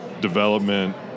development